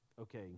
okay